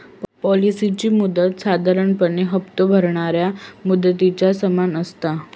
पॉलिसीची मुदत साधारणपणे हप्तो भरणाऱ्या मुदतीच्या समान असता